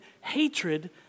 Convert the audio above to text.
hatred